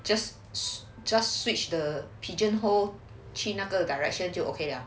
just just switch the pigeonhole 去哪个 direction 就 okay liao